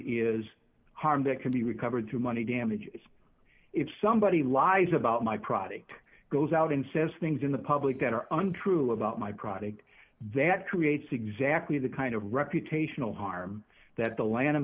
is harm that can be recovered through money damages if somebody lies about my product goes out and says things in the public that are untrue about my product that creates exactly the kind of reputational harm that the lan